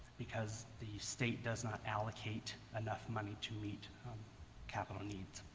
because the state does not allocate enough money to meet capital needs